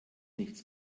nichts